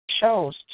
chose